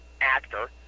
actor